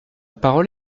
parole